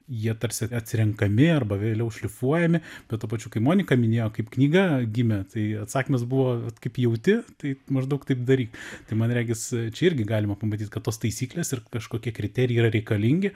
jie tarsi atsirenkami arba vėliau šlifuojami bet tuo pačiu kai monika minėjo kaip knyga gimė tai atsakymas buvo vat kaip jauti tai maždaug taip daryk tai man regis čia irgi galima pamatyt kad tos taisyklės ir kažkokie kriterijai yra reikalingi